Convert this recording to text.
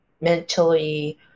mentally